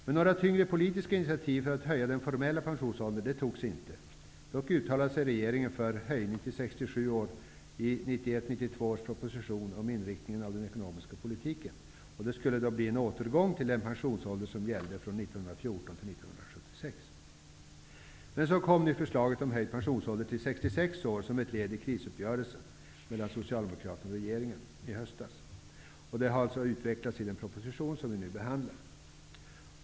Men några tyngre politiska initiativ för att höja den formella pensionsåldern togs inte. Dock uttalade sig regeringen för en höjning till 67 år i 1991/92 års proposition om inriktningen av den ekonomiska politiken. Det skulle bli en återgång till den pensionsålder som gällde från 1914 till 1976. Så kom då förslaget om att höja pensionsåldern till Socialdemokraterna och regeringen i höstas. Det förslaget har nu utvecklats i den proposition vi nu behandlar.